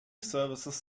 services